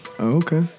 Okay